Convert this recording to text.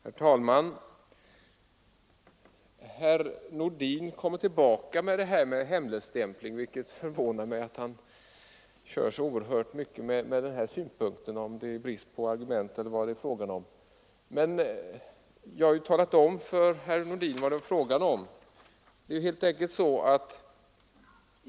Herr talman! Herr Nordin kommer tillbaka med talet om hemligstämpling, vilket förvånar mig. Är det brist på argument eller vad är det fråga om? Jag har talat om för herr Nordin vad det rör sig om.